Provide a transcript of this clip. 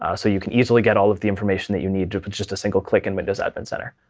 ah so you can easily get all of the information that you need with just a single click in windows admin center,